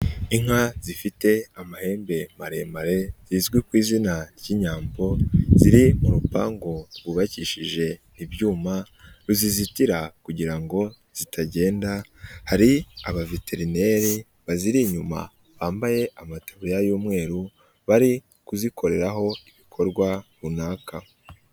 Inka zifite amahembe maremare, zizwi ku izina ry'inyambo, ziri mu rupangu rwubakishije ibyuma, ruzizitira kugira ngo zitagenda. Hari abaveterineri baziri inyuma, bambaye amataburiya y'umweru, bari kuzikoreraho ibikorwa runaka.